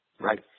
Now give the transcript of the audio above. Right